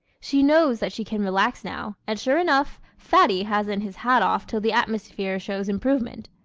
she knows that she can relax now, and sure enough, fatty hasn't his hat off till the atmosphere shows improvement.